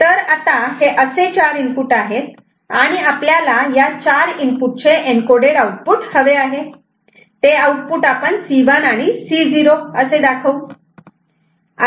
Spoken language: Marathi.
तर आता हे असे चार इनपुट आहेत आणि आपल्याला या चार इनपुट चे एन्कोडेड आउटपुट हवे आहे ते आउटपुट आपण C1 आणि C0 असे दाखवू